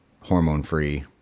hormone-free